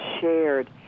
shared